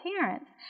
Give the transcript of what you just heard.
parents